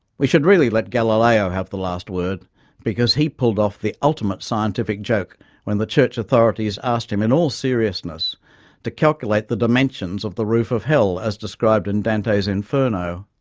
we should really let galileo have the last word because he pulled off the ultimate scientific joke when the church authorities asked him in all seriousness to calculate the dimensions of the roof of hell as described in dante's inferno.